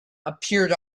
appeared